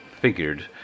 figured